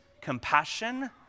compassion